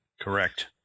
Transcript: Correct